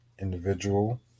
individual